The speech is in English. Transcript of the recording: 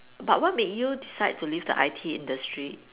but what made you decide to leave the I_T industry